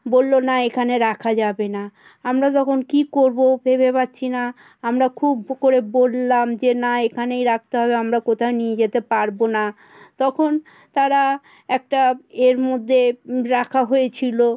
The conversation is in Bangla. বলল না এখানে রাখা যাবে না আমরা তখন কী করবো ভেবে পাচ্ছি না আমরা খুব করে বললাম যে না এখানেই রাখতে হবে আমরা কোথাও নিয়ে যেতে পারব না তখন তারা একটা এর মধ্যে রাখা হয়েছিল